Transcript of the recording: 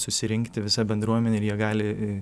susirinkti visa bendruomenė ir jie gali